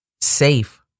safe